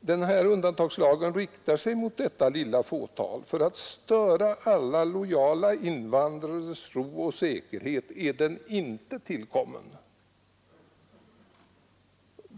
Den här undantagslagen riktar sig mot detta lilla fåtal; för att störa alla lojala invandrares ro och säkerhet är den inte tillkommen.